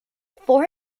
for